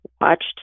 watched